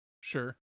Sure